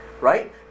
right